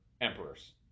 emperors